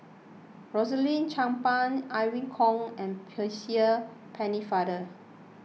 Rosaline Chan Pang Irene Khong and Percy Pennefather